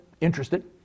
interested